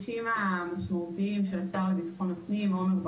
המשמעותיים של השר לביטחון פנים,